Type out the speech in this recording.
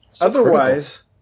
Otherwise